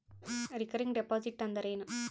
Recurring deposit ಅಂದರೇನು?